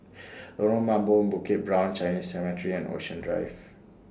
Lorong Mambong Bukit Brown Chinese Cemetery and Ocean Drive